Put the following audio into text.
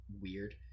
Weird